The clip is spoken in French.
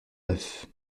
neuf